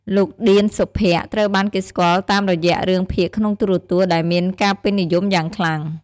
លោក ឌៀន សុភ័ក្រ្ត ត្រូវបានគេស្គាល់តាមរយៈរឿងភាគក្នុងទូរទស្សន៍ដែលមានការពេញនិយមយ៉ាងខ្លាំង។